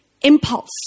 impulse